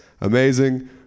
amazing